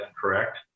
correct